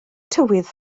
tywydd